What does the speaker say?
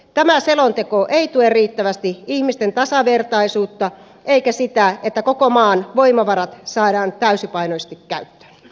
tämä selonteko ei tue riittävästi ihmisten tasavertaisuutta eikä sitä että koko maan voimavarat saadaan täysipainoisesti käyttöön